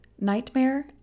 Nightmare